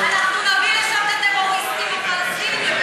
אנחנו נוביל לשם את הטרוריסטים הפלסטינים,